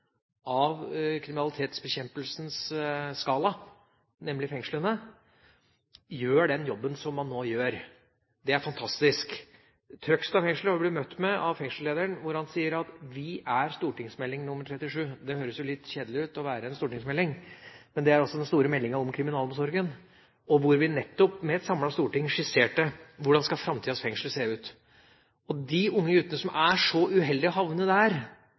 av kriminalitetsbekjempelsens skala, nemlig fengslene, gjør den jobben som man nå gjør. Det er fantastisk. I Trøgstad fengsel ble vi møtt med at fengselslederen sier: Vi er stortingsmelding nr. 37. Det høres jo litt kjedelig ut å være en stortingsmelding, men det er altså den store meldingen om kriminalomsorgen, hvor nettopp et samlet storting skisserte hvordan framtidas fengsel skal se ut. De unge guttene som er så uheldige å havne der,